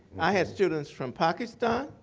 i had students from pakistan,